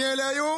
מי אלה היו?